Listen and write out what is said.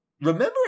remember